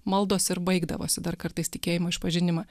maldos ir baigdavosi dar kartais tikėjimo išpažinimą